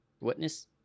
Witness